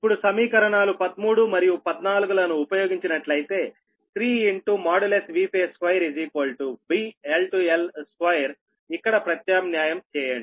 ఇప్పుడు సమీకరణాలు 13 మరియు 14 లను ఉపయోగించినట్లయితే 3 Vphase2VL L2ఇక్కడ ప్రత్యామ్న్యాయం చేయండి